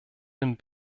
den